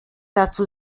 dazu